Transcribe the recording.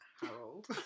Harold